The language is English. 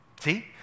See